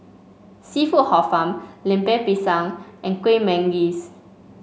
seafood Hor Fun Lemper Pisang and Kueh Manggis